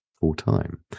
full-time